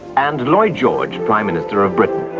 and lloyd george, prime minister of britain.